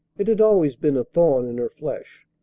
it had always been a thorn in her flesh.